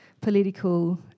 political